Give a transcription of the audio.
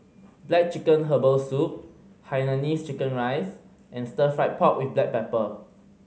black chicken herbal soup hainanese chicken rice and Stir Fried Pork With Black Pepper